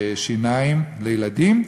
השיניים לילדים,